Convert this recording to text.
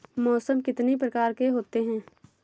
मौसम कितनी प्रकार के होते हैं?